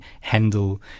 Handel